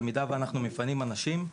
במידה ואנחנו מפנים אנשים,